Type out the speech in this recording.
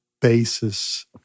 basis